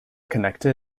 connector